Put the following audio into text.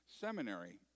seminary